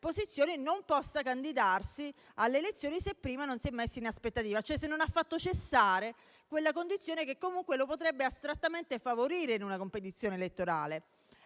posizioni non possa candidarsi alle elezioni se prima non si è messo in aspettativa, cioè se non ha fatto cessare quella condizione che comunque lo potrebbe astrattamente favorire in una competizione elettorale.